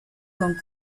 con